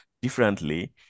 differently